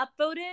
upvoted